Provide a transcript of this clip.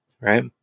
right